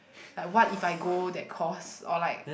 like what if I go that course or like